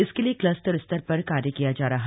इसके लिए क्लस्टर स्तर पर कार्य किया जा रहा